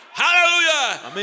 Hallelujah